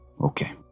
okay